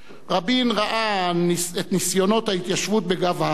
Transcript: רבין ראה את ניסיונות ההתיישבות בגב ההר,